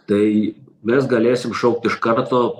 tai mes galėsim šaukt iš karto